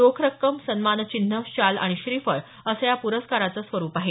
रोख रक्कम सन्मान चिन्ह शाल आणि श्रीफळ असं या पुरस्काराचं स्वरूप आहे